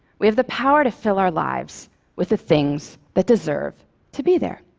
we have the power to fill our lives with the things that deserve to be there.